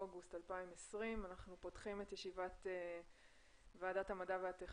17 באוגוסט 2020 ואני מתכבדת לפתוח את ישיבת ועדת המדע והטכנולוגיה.